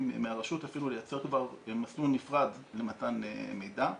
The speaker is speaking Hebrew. מהרשות אפילו לייצר מסלול נפרד למתן מידע,